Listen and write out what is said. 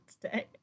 today